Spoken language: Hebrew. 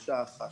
אחת.